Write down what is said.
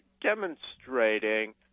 demonstrating